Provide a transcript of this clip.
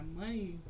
money